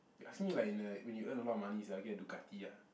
you ask me like in a when you earn a lot of money sia I get to ah